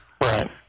Right